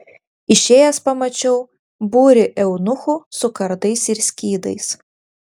išėjęs pamačiau būrį eunuchų su kardais ir skydais